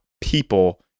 people